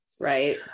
Right